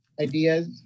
ideas